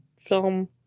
film